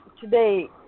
today